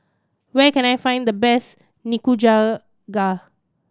where can I find the best Nikujaga